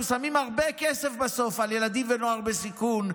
אנחנו שמים הרבה כסף בסוף על ילדים ונוער בסיכון,